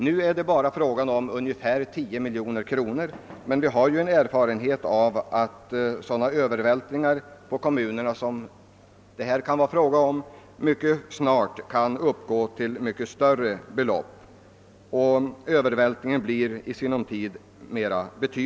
Nu är det bara fråga om ungefär 10 miljoner kronor, men vi har erfarenheter av att sådana övervältringar på kommunerna mycket snart kan komma att stiga till mycket höga belopp.